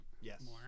yes